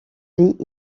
lit